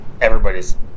everybody's